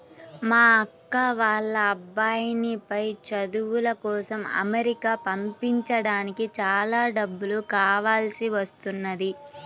మా అక్క వాళ్ళ అబ్బాయిని పై చదువుల కోసం అమెరికా పంపించడానికి చాలా డబ్బులు కావాల్సి వస్తున్నది